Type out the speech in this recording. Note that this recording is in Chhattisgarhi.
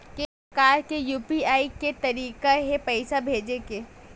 के प्रकार के यू.पी.आई के तरीका हे पईसा भेजे के?